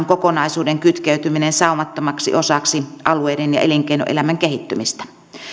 kokonaisuuden kytkeytyminen saumattomaksi osaksi alueiden ja elinkeinoelämän kehittymistä